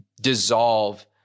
dissolve